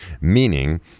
Meaning